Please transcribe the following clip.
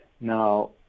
Now